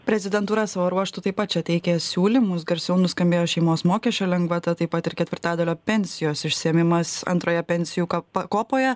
prezidentūra savo ruožtu taip pat čia teikė siūlymus garsiau nuskambėjo šeimos mokesčio lengvata taip pat ir ketvirtadalio pensijos išsiėmimas antroje pensijų pakopoje